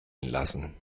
lassen